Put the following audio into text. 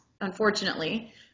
unfortunately